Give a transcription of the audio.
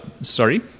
Sorry